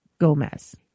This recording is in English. Gomez